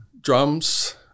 drums